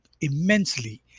immensely